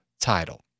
Title